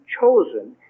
chosen